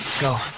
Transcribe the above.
go